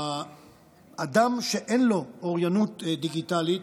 אדם שאין לו אוריינות דיגיטלית